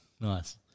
Nice